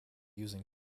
using